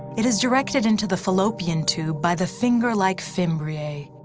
it is directed into the fallopian tube by the finger-like fimbriae.